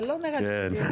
אבל לא נראה לי - כן,